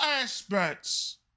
aspects